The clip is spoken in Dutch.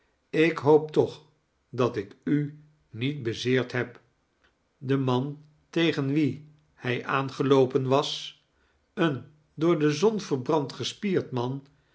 ik hoop toch dat ik u niet bezeerd heb de man tegen wien hij aangeloopen was een door de zon verbrand gespierd man